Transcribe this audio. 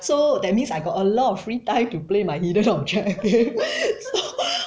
so that means I got a lot of free time to play my leader of dragon so